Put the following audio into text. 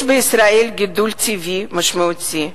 יש בישראל גידול טבעי משמעותי,